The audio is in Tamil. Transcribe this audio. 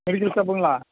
மெடிக்கல் ஷாப்புங்களா